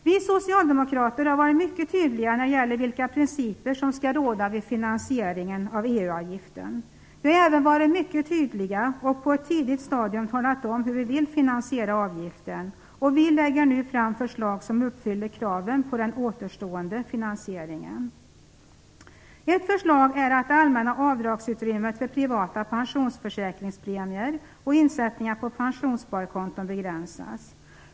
Vi socialdemokrater har varit mycket tydliga när det gäller vilka principer som skall råda vid finansieringen av EU-avgiften. Vi har även varit mycket tydliga och på ett tidigt stadium talat om hur vi vill finansiera avgiften, och vi lägger nu fram förslag som uppfyller kraven på den återstående finansieringen. Ett förslag är att det allmänna avdragsutrymmet för privata pensionsförsäkringspremier och insättningar på pensionssparkonton begränsas.